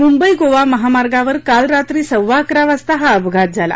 मुंबई गोवा महामार्गावर काल रात्री सव्वा अकरा वाजता हा अपघात झाला